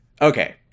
Okay